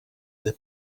the